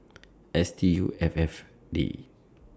Stuff'd